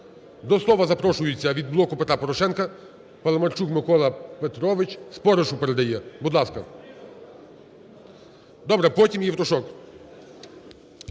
До слова запрошується від "Блоку Петра Порошенка", Паламарчук Микола Петрович Споришу передає. Будь ласка. Добре, потім – Євтушок.